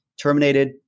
terminated